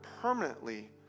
permanently